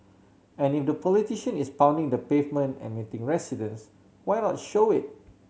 and if the politician is pounding the pavement and meeting residents why not show it